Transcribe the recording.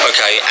Okay